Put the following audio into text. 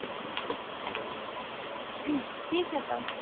तो ठीक है तब